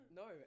no